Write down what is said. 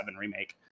remake